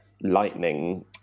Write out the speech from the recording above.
lightning